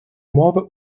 мови